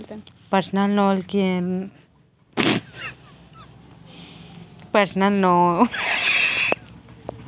personal loan, कृषि loan, home loan, car loan, दुपहिया गाड़ी के लोन तो बहुत पहिली ले आनलाइन म चालू होगे हे